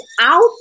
out